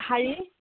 শাৰী